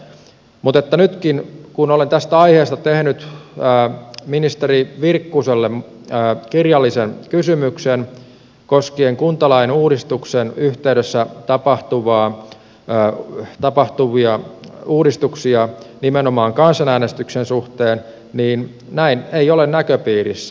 mutta nytkin kun olen tästä aiheesta tehnyt ministeri virkkuselle kirjallisen kysymyksen koskien kuntalain uudistuksen yhteydessä tapahtuvia uudistuksia nimenomaan kansanäänestyksen suhteen niin tätä ei ole näköpiirissä